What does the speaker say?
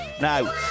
Now